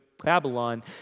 Babylon